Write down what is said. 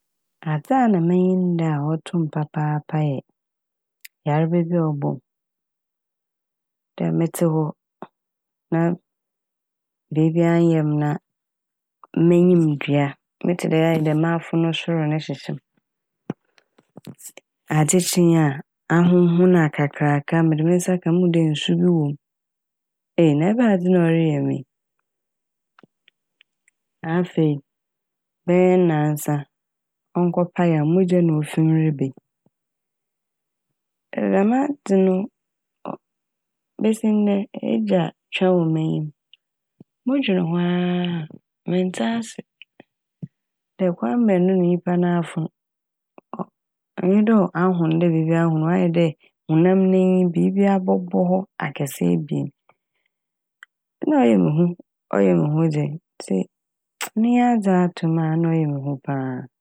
Adze a na m'enyi nnda a ɔto m' papaapa yɛ yarba bi a ɔbɔ m'. Dɛ metse hɔ na biibia nnyɛ m' na m'enyimdua metse dɛ ayɛ dɛ m'afon sor no hyehye m' adze kye a ahohon akakraka mede me nsa ka a muhu dɛ nsu bi wɔ m'. Ei! Na ebadze na ɔreyɛ me yi. Afei, bɛyɛ naasa ɔnkɔ pae a mogya na ofi m' reba yi dɛm adze no ɔ- besi ndɛ egya twa wɔ m'enyim. Modwen ho a menntse ase dɛ kwan bɛn do na nyimpa n'afon ɔ- ɔnnyɛ dɛ afon dɛ biibi ahon o ɔayɛ dɛ honam n'enyi biibi abɔbɔ hɔ akɛse ebien na ɔyɛ muhu ɔyɛ muhu dze ntsi iyi nye adze a ato m' a na ɔyɛ muhu paa.